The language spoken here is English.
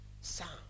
Sound